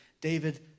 David